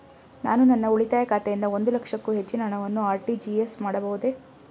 ನಾನು ನನ್ನ ಉಳಿತಾಯ ಖಾತೆಯಿಂದ ಒಂದು ಲಕ್ಷಕ್ಕೂ ಹೆಚ್ಚಿನ ಹಣವನ್ನು ಆರ್.ಟಿ.ಜಿ.ಎಸ್ ಮಾಡಬಹುದೇ?